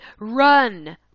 Run